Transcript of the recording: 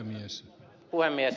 arvoisa puhemies